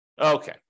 Okay